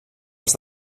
els